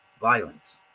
violence